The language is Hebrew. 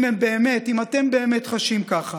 אם אתם באמת חשים ככה,